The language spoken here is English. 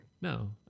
no